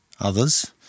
others